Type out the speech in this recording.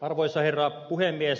arvoisa herra puhemies